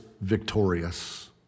victorious